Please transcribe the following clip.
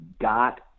got